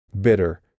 Bitter